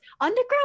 Underground